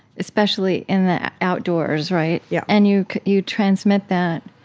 especially in the outdoors. right? yeah and you you transmit that.